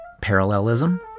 parallelism